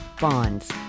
bonds